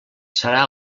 serà